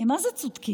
הם מה-זה צודקים.